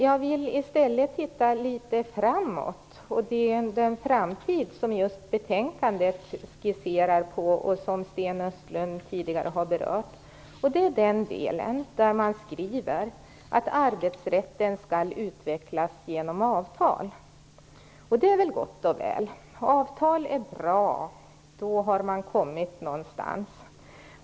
Jag vill i stället titta litet framåt på den framtid som skisseras i betänkandet och som Sten Östlund tidigare har berört. Det gäller den delen där man skriver att arbetsrätten skall utvecklas genom avtal. Det är väl gott och väl. Avtal är bra. Då har man kommit någonstans.